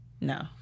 no